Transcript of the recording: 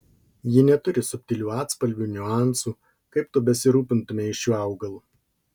ji neturi subtilių atspalvių niuansų kaip tu besirūpintumei šiuo augalu